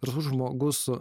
drąsus žmogus